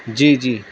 جی جی